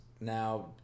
now